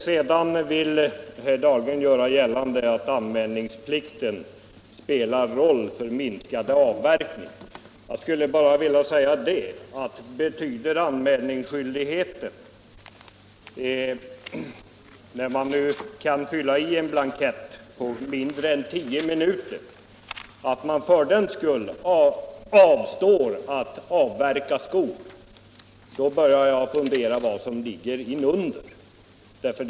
Herr Dahlgren vill göra gällande att anmälningsplikten spelar en roll för minskad avverkning. Jag skulle vilja säga att betyder anmälningsskyldigheten, när man nu kan fylla i en blankett på mindre än tio minuter, att man för den skull avstår från att avverka skog, så börjar jag fundera över vad som ligger inunder.